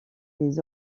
des